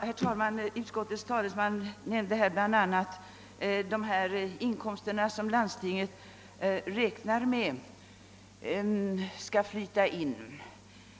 Herr talman! Utskottets talesman nämnde bl.a. de inkomster som landstingen räknar med skall flyta in.